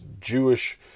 Jewish